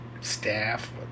staff